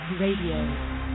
Radio